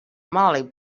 molly